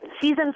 season